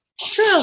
True